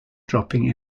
dropping